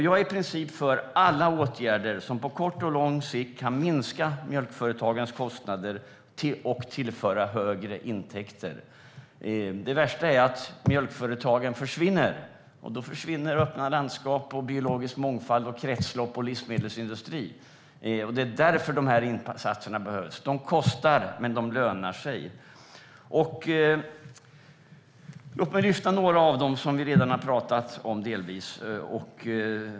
Jag är i princip för alla åtgärder som på kort och lång sikt kan minska mjölkföretagens kostnader och tillföra högre intäkter. Det värsta är att mjölkföretagen försvinner. Då försvinner öppna landskap, biologisk mångfald, kretslopp och livsmedelsindustri. Det är därför insatserna behövs. De kostar, men de lönar sig. Låt mig lyfta fram några av de saker som vi redan delvis har talat om.